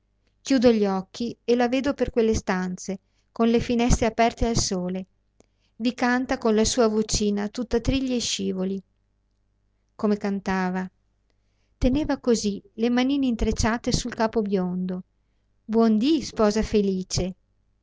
chiudo gli occhi e la vedo per quelle stanze con le finestre aperte al sole vi canta con la sua vocina tutta trilli e scivoli come cantava teneva così le manine intrecciate sul capo biondo buon dì sposa felice